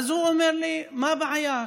והוא אומר לי: מה הבעיה,